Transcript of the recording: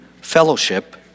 fellowship